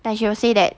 like she will say that